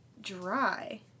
dry